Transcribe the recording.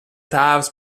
tēvs